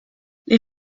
les